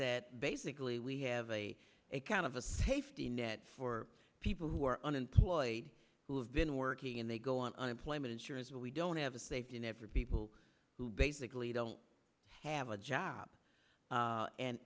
that basically we have a kind of a safety net for people who are unemployed who have been working and they go on unemployment insurance but we don't have a safety net for people who basically don't have a job